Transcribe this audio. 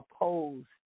opposed